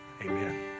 amen